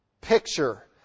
picture